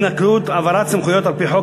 העברת סמכויות על-פי חוק,